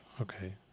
Okay